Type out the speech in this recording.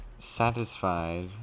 satisfied